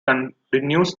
continues